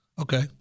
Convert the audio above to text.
okay